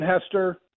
Hester